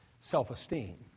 self-esteem